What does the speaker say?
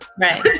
Right